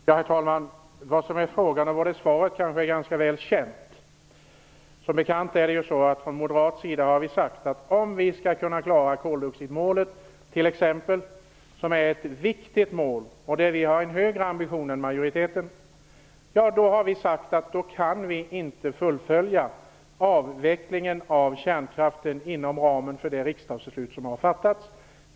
Herr talman! Vad som är frågan och vad som är svaret är ganska väl känt. Som bekant har vi från moderat sida sagt, att om vi i Sverige skall kunna klara t.ex. koldioxidmålet, som är ett viktigt mål och där vi moderater har en högre ambition än majoriteten, kan vi inte fullfölja avvecklingen av kärnkraften inom ramen för det riksdagsbeslut som har fattats.